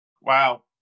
Wow